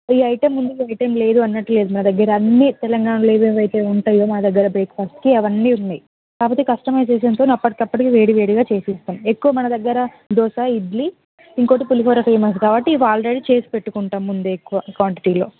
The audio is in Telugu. ఈ ఐటమ్ ఉంది ఈ ఐటమ్ లేదు అన్నట్లు లేదు మా దగ్గర అన్ని తెలంగాణలో ఏవేవి అయితే ఉంటాయో మా దగ్గర బ్రేక్ఫాస్ట్కి అవన్నీ ఉన్నాయి కాకపోతే కస్టమైజేషన్తోని అప్పటికప్పుడు వేడి వేడిగా చేసి ఇస్తాము ఎక్కువ మన దగ్గర దోశ ఇడ్లీ ఇంకొకటి పులిహోర ఫేమస్ కాబట్టి ఇవి ఆల్రెడీ చేసి పెట్టుకుంటాము ముందే ఎక్కువ క్వాంటిటీలో